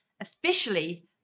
officially